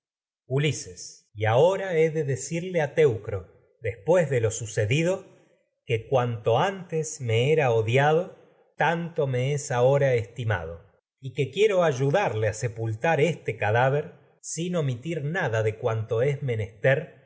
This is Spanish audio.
ulises lo y ahora he de decirle a teucro después de ocjiado tpptp rae sucedido que cuanto aptes pie erp tragedias de sófocles es ahora estimado y que quiero ayudarle a supultar este cadáver sin omitir nada de cuanto es menester